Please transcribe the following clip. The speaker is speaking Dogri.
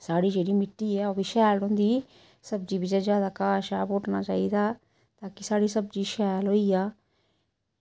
साढ़ी जेह्ड़ी मिट्टी ऐ ओह् बी शैल होंदी सब्ज़ी बिच्चा ज्यादा घाह् पुट्टना चाहिदा ता कि साढ़ी सब्जी शैल होई जा